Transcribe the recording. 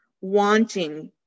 wanting